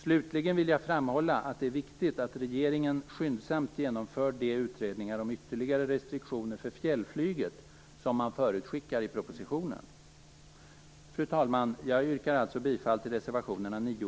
Slutligen vill jag framhålla att det är viktigt att regeringen skyndsamt genomför de utredningar om ytterligare restriktioner för fjällflyget som man förutskickar i propositionen. Fru talman! Jag yrkar bifall till reservationerna 9